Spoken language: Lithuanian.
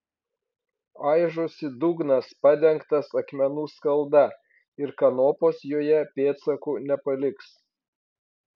aižosi dugnas padengtas akmenų skalda ir kanopos joje pėdsakų nepaliks